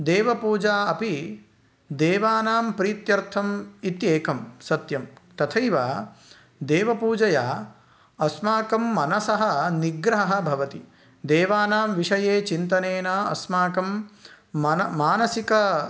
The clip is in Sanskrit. देवपूजा अपि देवानां प्रीत्यर्थम् इत्येकं सत्यं तथैव देवपूजया अस्माकं मनसः निग्रहः भवति देवानां विषये चिन्तनेन अस्माकं मनः मानसिक